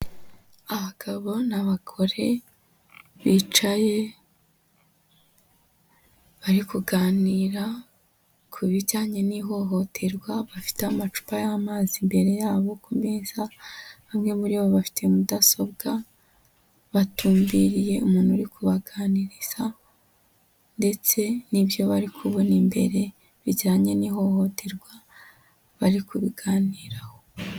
Abagabo n'abagore, bicaye bari kuganira ku bijyanye n'ihohoterwa, bafite amacupa y'amazi imbere yabo ku meza, bamwe muri bo bafite mudasobwa, batumbiriye umuntu uri kubaganiriza ndetse n'ibyo bari kubona imbere bijyanye n'ihohoterwa, bari kubiganiraho.